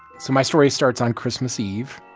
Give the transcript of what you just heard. so my story starts on christmas eve.